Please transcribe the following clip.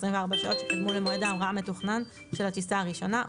24 השעות שקדמו למועד ההמראה המתוכנן של הטיסה הראשונה,